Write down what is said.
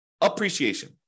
appreciation